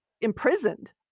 imprisoned